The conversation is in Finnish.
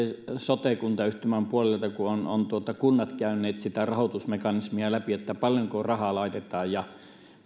sote kuntayhtymän puolelta kun kunnat ovat käyneet sitä rahoitusmekanismia läpi että paljonko rahaa laitetaan ja